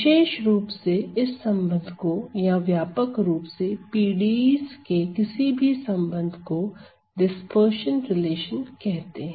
विशेष रूप से इस संबंध को या व्यापक रूप से PDEs के किसी भी संबंध को डिस्पर्शन रिलेशन कहते हैं